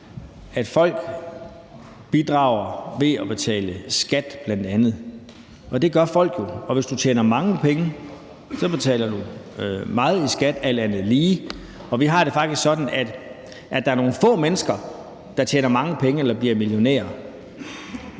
at folk bidrager ved bl.a. at betale skat, og det gør folk jo. Og hvis du tjener mange penge, så betaler du meget i skat alt andet lige. Vi har det faktisk sådan, at det, at nogle få mennesker tjener mange penge eller blive millionærer,